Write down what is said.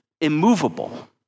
immovable